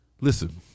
Listen